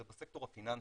זה בסקטור הפיננסי.